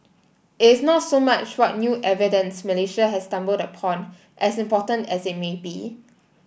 it is not so much what new evidence Malaysia has stumbled upon as important as it may be